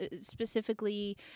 specifically